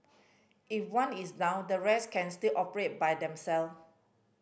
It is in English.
if one is down the rest can still operate by themselves